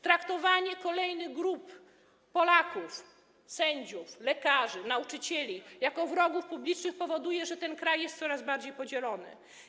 Traktowanie kolejnych grup Polaków: sędziów, lekarzy, nauczycieli jak wrogów publicznych powoduje, że ten kraj jest coraz bardziej podzielony.